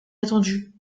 attendu